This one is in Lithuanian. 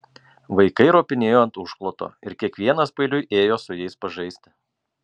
vaikai ropinėjo ant užkloto ir kiekvienas paeiliui ėjo su jais pažaisti